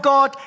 God